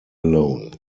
alone